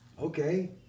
okay